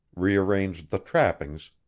rearranged the trappings,